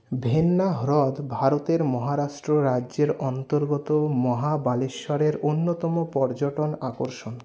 ভেন্না হ্রদ ভারতের মহারাষ্ট্র রাজ্যের অন্তর্গত মহাবালেশ্বরের অন্যতম পর্যটন আকর্ষণ